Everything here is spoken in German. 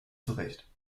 zurecht